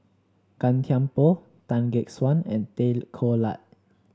Gan Thiam Poh Tan Gek Suan and Tay Koh